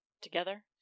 together